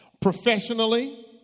professionally